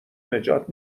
نجات